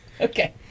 Okay